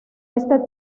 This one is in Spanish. este